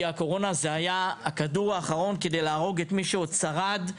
זה היה הכדור האחרון כדי להרוג את מי שעוד שרד,